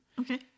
Okay